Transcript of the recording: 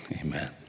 amen